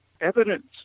Evidence